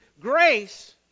grace